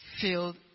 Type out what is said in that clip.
filled